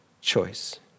choice